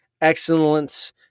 excellence